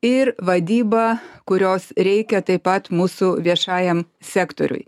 ir vadyba kurios reikia taip pat mūsų viešajam sektoriui